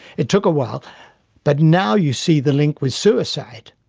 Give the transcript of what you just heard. it took a while but now you see the link with suicide.